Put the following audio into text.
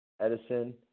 Edison